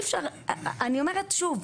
אני אומרת שוב,